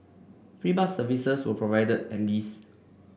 free bus services were provided at least